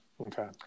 Okay